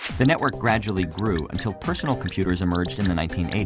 the network gradually grew, until personal computers emerged in the nineteen eighty